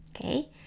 Okay